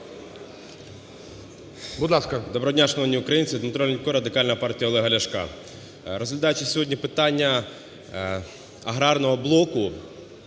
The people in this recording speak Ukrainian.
Доброго дня, шановні українці! Дмитро Лінько, Радикальна партія Олега Ляшка. Розглядаючи сьогодні питання аграрного блоку,